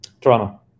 Toronto